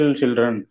children